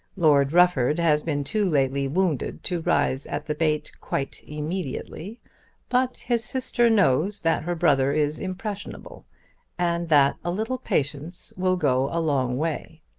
lord rufford has been too lately wounded to rise at the bait quite immediately but his sister knows that her brother is impressionable and that a little patience will go a long way.